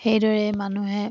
সেইদৰেই মানুহে